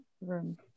room